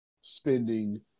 spending